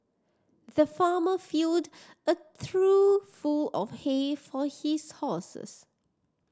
the farmer filled a trough full of hay for his horses